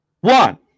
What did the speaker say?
One